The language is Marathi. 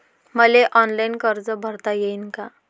मले ऑनलाईन कर्ज भरता येईन का?